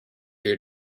year